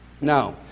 Now